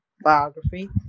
biography